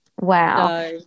Wow